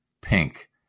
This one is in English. Pink